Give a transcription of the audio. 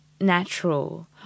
natural